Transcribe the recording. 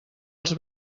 els